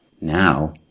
Now